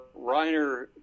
Reiner